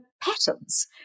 patterns